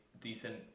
decent